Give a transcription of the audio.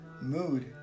mood